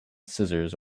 scissors